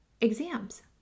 exams